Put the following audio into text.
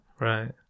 Right